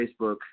Facebook